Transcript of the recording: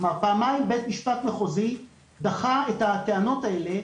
כלומר, פעמיים בית-משפט מחוזי דחה את הטענות האלה.